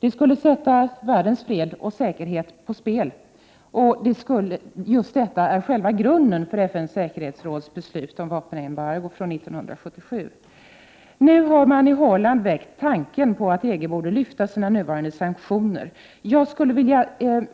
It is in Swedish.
Det skulle sätta världens fred och säkerhet på spel. Det är själva grunden för FN:s säkerhetsråds beslut om vapenembargo från 1977. I Holland har man nu väckt tanken att EG borde upphäva sina nuvarande sanktioner. Jag skulle vilja